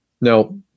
Now